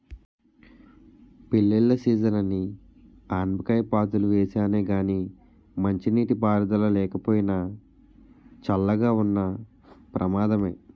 పెళ్ళిళ్ళ సీజనని ఆనపకాయ పాదులు వేసానే గానీ మంచినీటి పారుదల లేకపోయినా, చల్లగా ఉన్న ప్రమాదమే